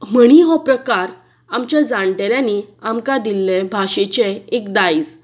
म्हणी हो प्रकार आमच्या जाण्टेल्यांनी आमकां दिल्ले भाशेचे एक दायज